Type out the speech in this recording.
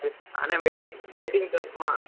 அண்ணேன் waiting waiting சார்ஜுமா